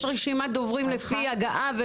יש רשימת דוברים לפי הגעה,